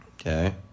okay